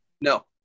no